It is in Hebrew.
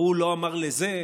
ההוא לא אמר לזה.